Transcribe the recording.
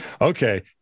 Okay